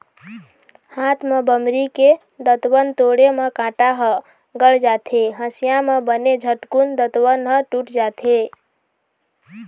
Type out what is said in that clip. हाथ म बमरी के दतवन तोड़े म कांटा ह गड़ जाथे, हँसिया म बने झटकून दतवन ह टूट जाथे